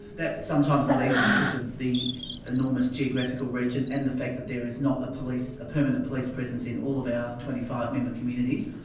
that's sometimes not easy because of the enormous geographical region and the fact that there is not a permanent police presence in all of our twenty five member communities.